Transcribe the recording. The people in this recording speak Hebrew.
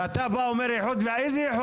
ואתה בא ואומר איחוד וחלוקה?